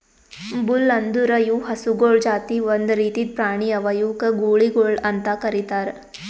bull ಅಂದುರ್ ಇವು ಹಸುಗೊಳ್ ಜಾತಿ ಒಂದ್ ರೀತಿದ್ ಪ್ರಾಣಿ ಅವಾ ಇವುಕ್ ಗೂಳಿಗೊಳ್ ಅಂತ್ ಕರಿತಾರ್